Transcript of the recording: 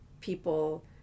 people